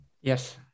Yes